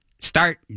start